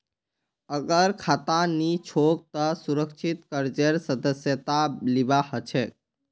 अगर खाता नी छोक त सुरक्षित कर्जेर सदस्यता लिबा हछेक